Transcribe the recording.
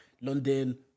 London